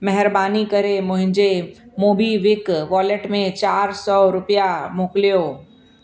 महिरबानी करे मुंहिंजे मोबीक्विक वॉलेट में चारि सौ रुपिया मोकिलियो